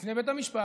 לפני בית המשפט,